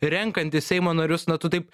renkantis seimo narius na tu taip